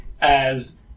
As-